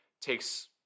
takes